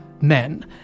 men